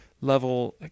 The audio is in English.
level